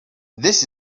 this